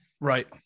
Right